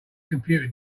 computed